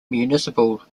municipal